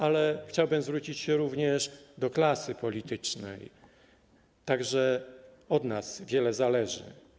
Ale chciałbym zwrócić się również do klasy politycznej, także od nas wiele zależy.